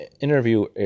interview